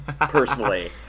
personally